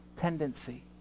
tendency